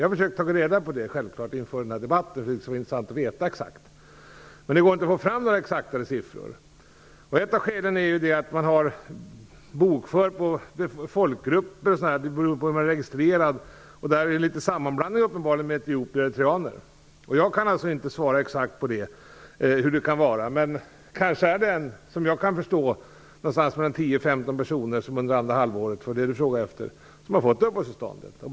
Vi har självklart inför den här debatten försökt ta reda på det. Det skulle vara intressant att veta detta exakt, men det går inte att få fram några precisare siffror. Ett av skälen till det är att registrering har skett på grundval av folkgrupp, varvid det uppenbarligen har skett en viss sammanblandning av etiopier och eritreaner. Jag kan alltså inte svara exakt på hur det ligger till, men det kan såvitt jag förstår vara något mellan 10 och 15 personer som har fått uppehållstillstånd under andra halvåret - det var det som Ingrid Näslund frågade efter.